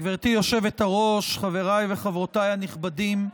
גברתי היושבת-ראש, חבריי וחברותיי הנכבדים,